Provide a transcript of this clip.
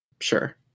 Sure